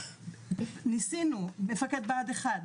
ניסינו מפקד בה"ד 1,